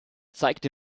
zeigte